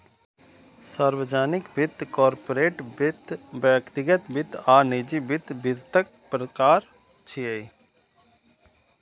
सार्वजनिक वित्त, कॉरपोरेट वित्त, व्यक्तिगत वित्त आ निजी वित्त वित्तक प्रकार छियै